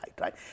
Right